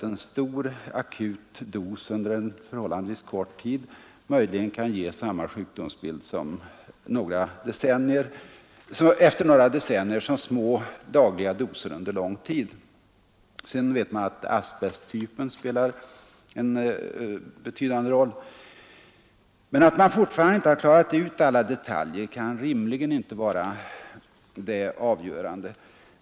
En stor akut dos under en förhållandevis kort tid kan möjligen ge samma sjukdomsbild efter några decennier som små dagliga doser under lång tid. Vidare vet man att asbesttypen spelar en betydande roll. Men att man fortfarande inte har klarat ut alla detaljer kan rimligen inte vara det avgörande.